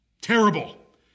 Terrible